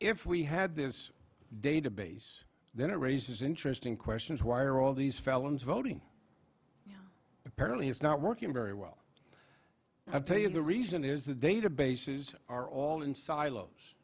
if we had this database then it raises interesting questions why are all these felons voting apparently it's not working very well i tell you the reason is the databases are all in silos